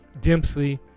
Dempsey